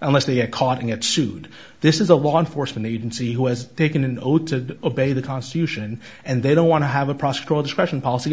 unless they get caught and get sued this is a law enforcement agency who has taken an oath to obey the constitution and they don't want to have a process called discretion policy